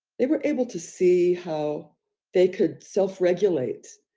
they were able to see how they could self regulate,